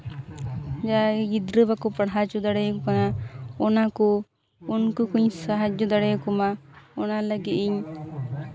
ᱡᱟᱦᱟᱸᱭ ᱜᱤᱫᱽᱨᱟᱹ ᱵᱟᱠᱚ ᱯᱟᱲᱦᱟᱣ ᱦᱚᱪᱚ ᱫᱟᱲᱮᱭᱟᱠᱚ ᱠᱟᱱᱟ ᱚᱱᱟᱠᱚ ᱩᱱᱠᱩ ᱠᱚᱧ ᱥᱟᱦᱟᱡᱽᱡᱚ ᱫᱟᱲᱮᱭᱟᱠᱚᱢᱟ ᱚᱱᱟ ᱞᱟᱹᱜᱤᱫ ᱤᱧ